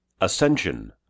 Ascension